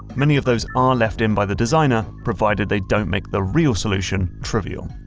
many of those are left in by the designer provided they don't make the real solution trivial.